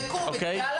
תבדקו, מציעה לכם.